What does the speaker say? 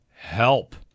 help